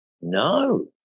No